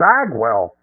Bagwell